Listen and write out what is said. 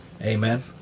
Amen